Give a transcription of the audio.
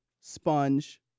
sponge